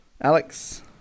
Alex